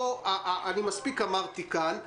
מספיק אמרתי כאן,